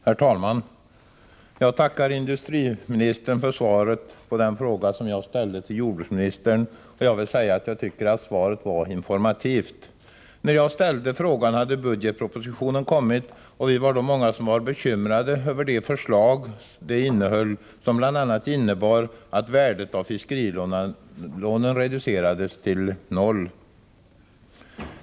Herr talman! Jag tackar industriministern för svaret på den fråga som jag ställde till jordbruksministern. Jag vill säga att jag tycker svaret är informativt. När jag ställde frågan hade budgetpropositionen just kommit. Vi var då många som var bekymrade över de förslag den innehöll som bl.a. innebar att värdet av fiskerilånen reducerades till noll.